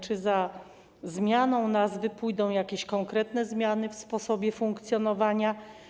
Czy za zmianą nazwy pójdą jakieś konkretne zmiany w sposobie funkcjonowania?